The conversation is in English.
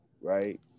right